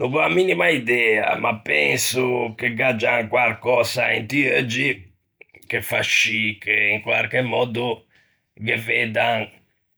No gh'ò a minima idea, ma penso che gh'aggian quarcösa inti euggi che fa scì che in quarche mòddo ghe veddan